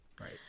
right